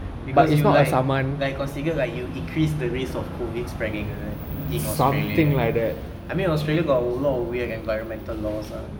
because you like like considered like you increase the risk of COVID spreading is it in australia I mean australia got a lot of weird environmental laws lah